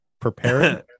preparing